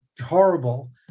horrible